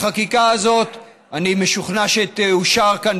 החקיקה הזאת, אני משוכנע שתאושר כאן.